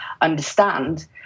understand